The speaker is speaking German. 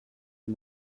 dem